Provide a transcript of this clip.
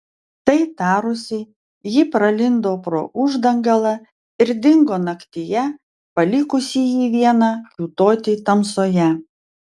tai tarusi ji pralindo pro uždangalą ir dingo naktyje palikusi jį vieną kiūtoti tamsoje